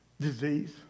Disease